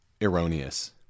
erroneous